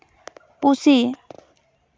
ᱯᱩᱥᱤ